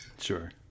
sure